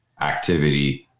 activity